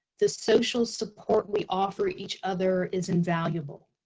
the social support we offer each other is invaluable,